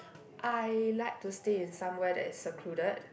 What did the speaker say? I like to stay in somewhere that is secluded